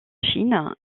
chine